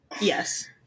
yes